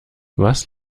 was